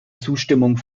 zustimmung